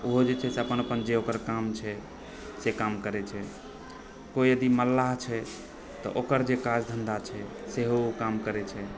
ओहो जे छै से अपन अपन जे ओकर काम छै से काम करै छै कोई यदि मल्लाह छै तऽ ओकर जे काज धन्धा छै सेहो ओ काम करै छै